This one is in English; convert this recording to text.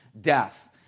death